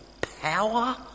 power